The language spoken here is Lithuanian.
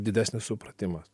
didesnis supratimas